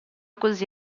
così